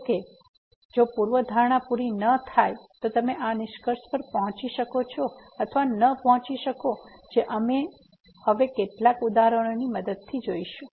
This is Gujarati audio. જો કે જો પૂર્વધારણા પૂરી ન થાય તો તમે આ નિષ્કર્ષ પર પહોંચી શકો છો અથવા ન પહોંચી શકો જે અમે હવે કેટલાક ઉદાહરણોની મદદથી જોશું